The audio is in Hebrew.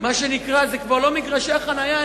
אלה כבר לא מגרשי חנייה,